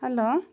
hello